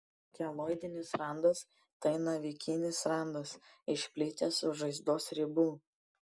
keloidinis randas tai navikinis randas išplitęs už žaizdos ribų